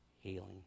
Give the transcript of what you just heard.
healing